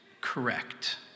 correct